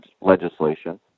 legislation